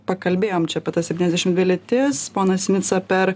pakalbėjome čia apie septyniasdešim dvi lytis ponas sinica per